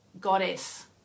goddess